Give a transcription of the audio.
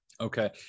okay